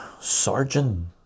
Sergeant